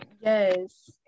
Yes